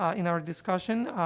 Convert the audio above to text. in our discussion,